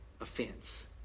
offense